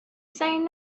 saying